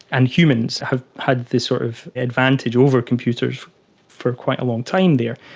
and humans have had this sort of advantage over computers for quite a long time there.